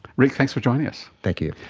ric, thanks for joining us. thank you.